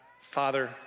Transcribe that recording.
Father